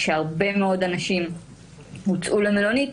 כשהרבה מאוד אנשים הוצאו למלונית,